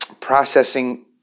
processing